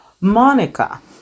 Monica